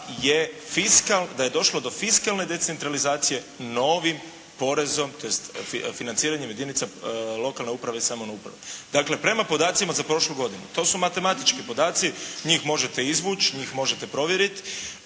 da je došlo do fiskalne decentralizacije novim porezom tj. financiranjem jedinica lokalne uprave i samouprave. Dakle, prema podacima za prošlu godinu to su matematički podaci, njih možete izvući, njih možete provjeriti.